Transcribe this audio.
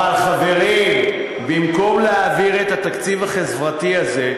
חברים, במקום להעביר את התקציב החברתי הזה,